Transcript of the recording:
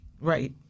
Right